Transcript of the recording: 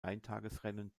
eintagesrennen